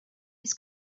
his